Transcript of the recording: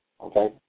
Okay